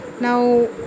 Now